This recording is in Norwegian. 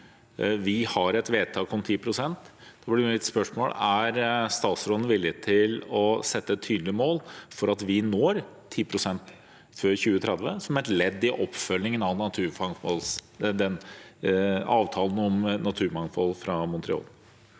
vi har et vedtak om 10 pst., blir mitt spørsmål: Er statsråden villig til å sette et tydelig mål for at vi når 10 pst. før 2030, som et ledd i oppfølgingen av avtalen om naturmangfold fra Montreal?